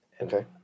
Okay